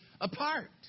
apart